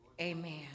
Amen